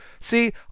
see